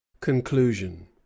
Conclusion